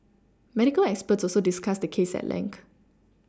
medical experts also discussed the case at length